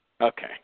Okay